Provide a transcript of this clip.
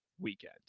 weekend